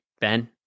Ben